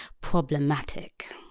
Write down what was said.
problematic